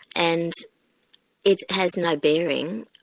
and it has no bearing,